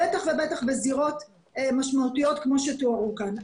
-- בטח ובטח בזירות משמעותיות כמו שתואר כאן.